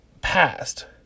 past